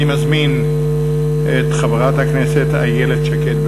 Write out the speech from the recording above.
אני מזמין את חברת הכנסת איילת שקד.